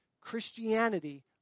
Christianity